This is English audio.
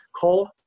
Cole